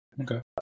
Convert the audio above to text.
Okay